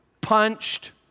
punched